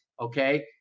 okay